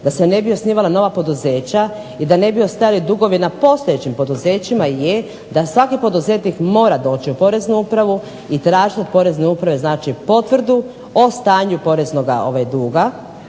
da se ne bi osnivala nova poduzeća i da ne bi ostajali dugovi na postojećim poduzećima je da svaki poduzetnik mora doći u Poreznu upravu i tražiti od Porezne uprave znači potvrdu o stanju poreznoga duga